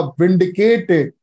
vindicated